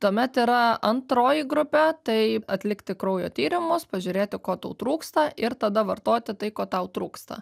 tuomet yra antroji grupė tai atlikti kraujo tyrimus pažiūrėti ko tau trūksta ir tada vartoti tai ko tau trūksta